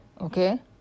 Okay